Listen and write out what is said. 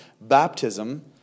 baptism